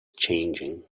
changing